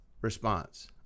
response